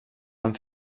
amb